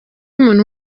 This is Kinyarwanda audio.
umuntu